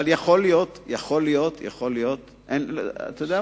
אבל יכול להיות, אינני יודע.